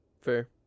Fair